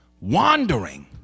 wandering